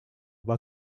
war